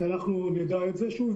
אנחנו נדע את זה שוב.